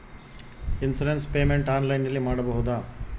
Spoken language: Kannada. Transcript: ಇನ್ಸೂರೆನ್ಸ್ ಪೇಮೆಂಟ್ ಆನ್ಲೈನಿನಲ್ಲಿ ಮಾಡಬಹುದಾ?